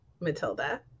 Matilda